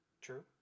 true